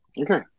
Okay